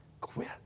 quit